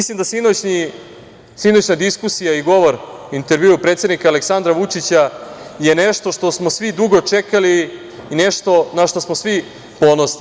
Sinoćna diskusija i govor, intervjuu predsednika Aleksandra Vučića, je nešto što smo svi dugo čekali i nešto na šta smo svi ponosni.